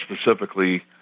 specifically